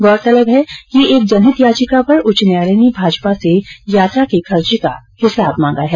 गौरतलब है कि एक जनहित याचिका पर उच्च न्यायालय ने भाजपा से यात्रा के खर्चे का हिसाब मांगा हैं